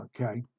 Okay